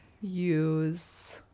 use